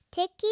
Ticky